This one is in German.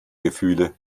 gefühle